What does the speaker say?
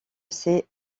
ses